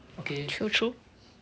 true true